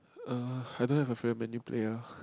er I don't have a favourite Man_U player